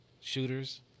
shooters